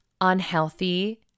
unhealthy